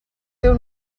teu